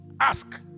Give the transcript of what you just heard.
Ask